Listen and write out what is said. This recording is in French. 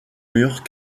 murs